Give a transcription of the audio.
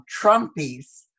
Trumpies